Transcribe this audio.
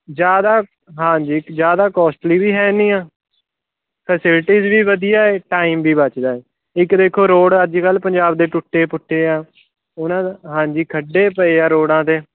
ਜ਼ਿਆਦਾ ਹਾਂਜੀ ਜ਼ਿਆਦਾ ਕੋਸਟਲੀ ਵੀ ਹੈ ਨਹੀਂ ਆ ਫੈਸਲਟੀਜ਼ ਵੀ ਵਧੀਆ ਟਾਈਮ ਵੀ ਬਚਦਾ ਇੱਕ ਦੇਖੋ ਰੋਡ ਅੱਜ ਕੱਲ੍ਹ ਪੰਜਾਬ ਦੇ ਟੁੱਟੇ ਪੁੱਟੇ ਆ ਉਹਨਾਂ ਦਾ ਹਾਂਜੀ ਖੱਡੇ ਪਏ ਆ ਰੋਡਾਂ 'ਤੇ